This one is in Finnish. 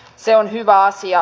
se on hyvä asia